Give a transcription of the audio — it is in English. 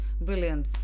brilliant